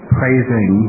praising